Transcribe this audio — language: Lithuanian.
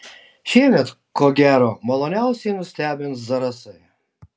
šiemet ko gero maloniausiai nustebins zarasai